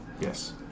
Yes